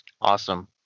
awesome